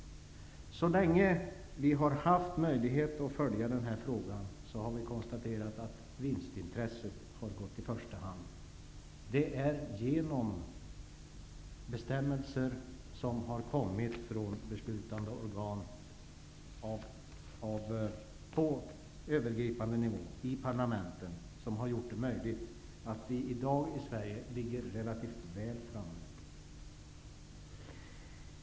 Så länge vi har haft möjlighet att följa den här frågan har vi konstaterat att vinstintresset har gått i första hand. Det är genom bestämmeler som har kommit från beslutande organ på övergripande nivå, i parlamentet, som vi i Sverige i dag ligger relativt väl framme.